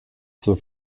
zur